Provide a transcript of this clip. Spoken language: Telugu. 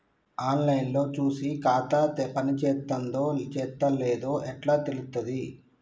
ఆన్ లైన్ లో చూసి ఖాతా పనిచేత్తందో చేత్తలేదో ఎట్లా తెలుత్తది?